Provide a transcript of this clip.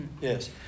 Yes